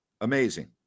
Amazing